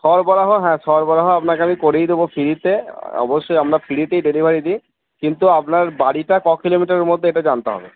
সরবরাহ হ্যাঁ সরবরাহ আপনাকে আমি করেই দেব ফ্রিতে অবশ্যই আমরা ফ্রিতেই ডেলিভারি দিই কিন্তু আপনার বাড়িটা ক কিলোমিটারের মধ্যে এটা জানতে হবে